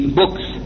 books